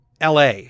LA